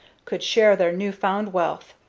could share their new-found wealth.